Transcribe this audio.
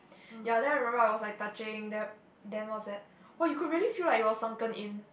ya then I remember I was like touching then then what's that !wah! you could really feel like it was sunken in